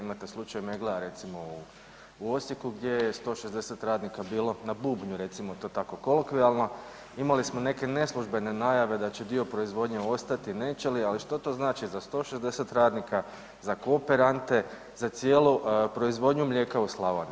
Imate slučaj Meggle u Osijeku gdje je 160 radnika bilo na bubnju recimo to tako kolokvijalno, imali smo neke neslužbene najave da će dio proizvodnje ostati, neće li, ali što to znači za 160 radnika, za kooperante za cijelu proizvodnju mlijeka u Slavoniji?